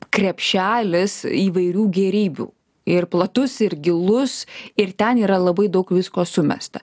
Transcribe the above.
krepšelis įvairių gėrybių ir platus ir gilus ir ten yra labai daug visko sumesta